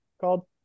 called